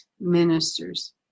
ministers